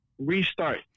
restart